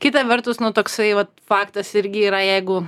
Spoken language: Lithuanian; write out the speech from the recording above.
kita vertus nu toksai vat faktas irgi yra jeigu